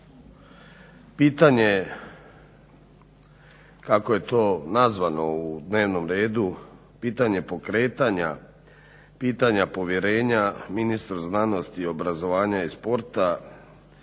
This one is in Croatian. pitanje, kako je to nazvano u dnevnom redu, pitanje pokretanja pitanja povjerenja ministru znanosti, obrazovanja i sporta